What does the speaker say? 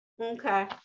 Okay